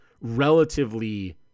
relatively